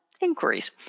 inquiries